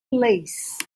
lace